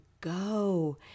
go